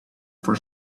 for